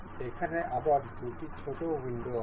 এখানে আবার দুটি ছোট উইন্ডো আছে